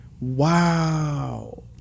Wow